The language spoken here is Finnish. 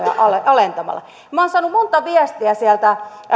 alentamalla olen saanut monta viestiä sieltä